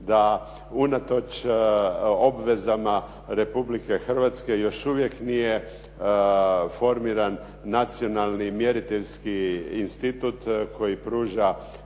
da unatoč obvezama Republike Hrvatske još uvijek nije formiran nacionalni mjeriteljski institut koji pruža